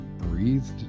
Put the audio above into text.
breathed